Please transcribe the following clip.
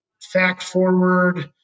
fact-forward